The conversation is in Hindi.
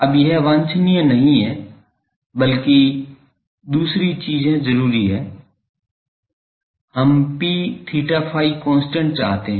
अब यह वांछनीय नहीं है बल्कि दूसरी चीज वांछनीय है हम P𝛳ϕ कांस्टेंट चाहते हैं